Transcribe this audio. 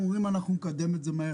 הם אומרים: אנחנו נקדם את זה מהר,